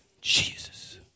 Jesus